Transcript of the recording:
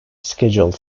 scheduled